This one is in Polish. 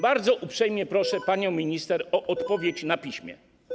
Bardzo uprzejmie proszę panią minister o odpowiedź na piśmie.